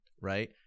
right